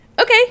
Okay